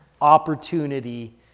opportunity